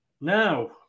Now